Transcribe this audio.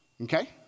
Okay